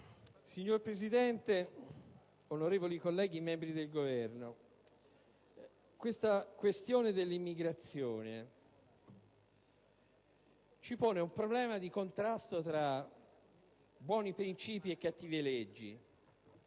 Signor Presidente, onorevoli colleghi, membri del Governo, la questione dell'immigrazione ci pone un problema di contrasto tra buoni principi e cattive leggi: